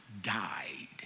died